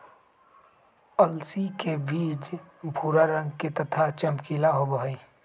अलसी के बीज भूरा रंग के तथा चमकीला होबा हई